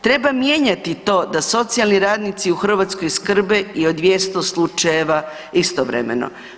Treba mijenjati to da socijalni radnici u Hrvatskoj skrbe i o 200 slučajeva istovremeno.